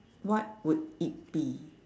what would it be